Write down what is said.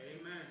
Amen